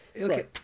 okay